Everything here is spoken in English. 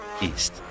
East